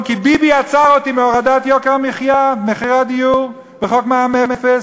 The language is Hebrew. "ביבי עצר אותי מהורדת יוקר המחיה ומחירי הדיור וחוק מע"מ אפס"?